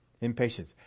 Impatience